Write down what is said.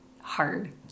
hard